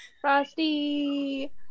Frosty